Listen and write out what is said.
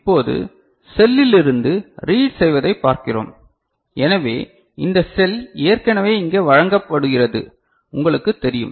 இப்போது செல்லிலிருந்து ரீட் செய்வதைப் பார்க்கிறோம் எனவே இந்த செல் ஏற்கனவே இங்கே வழங்கப்படுகிறது உங்களுக்குத் தெரியும்